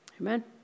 amen